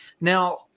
now